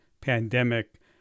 pandemic